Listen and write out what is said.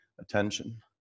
attention